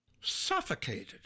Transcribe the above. suffocated